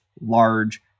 large